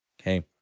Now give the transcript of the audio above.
Okay